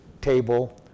table